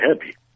happy